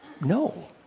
no